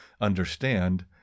understand